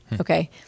okay